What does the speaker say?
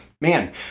man